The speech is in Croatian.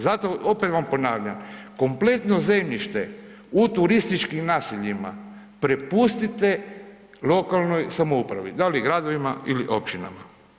Zato opet vam ponavljam, kompletno zemljište u turističkim naseljima prepustite lokalnoj samoupravi, da li gradovima ili općinama.